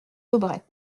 aubrais